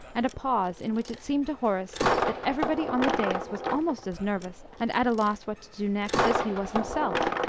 and a pause, in which it seemed to horace that everybody on the dais was almost as nervous and at a loss what to do next as he was himself.